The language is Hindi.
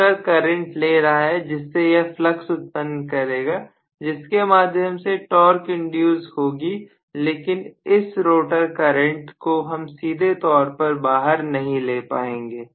रोटर करंट ले रहा है जिससे यह फ्लक्स उत्पन्न करेगा जिसके माध्यम से टॉर्क इंड्यूस होगी लेकिन इस रोटर करंट को हम सीधे तौर पर बाहर नहीं ले पाएंगे